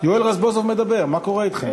יואל רזבוזוב מדבר, מה קורה אתכם?